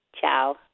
Ciao